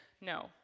no